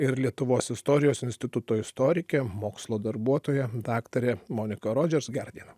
ir lietuvos istorijos instituto istorikė mokslo darbuotoja daktarė monika rodžers gera diena